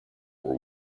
were